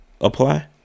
apply